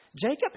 Jacob